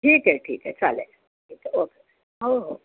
ठीक आहे ठीक आहे चालेल ठीक आहे ओके हो हो